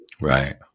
right